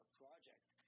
project